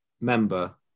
member